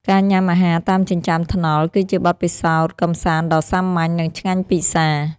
ការញ៉ាំអាហារតាមចិញ្ចើមថ្នល់ គឺជាបទពិសោធន៍កម្សាន្តដ៏សាមញ្ញ និងឆ្ងាញ់ពិសា។